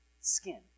skin